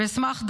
ואשמח,